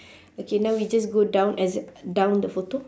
okay now we just go down as down the photo